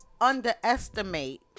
underestimate